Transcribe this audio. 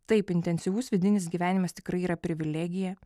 taip intensyvus vidinis gyvenimas tikrai yra privilegija